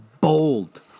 bold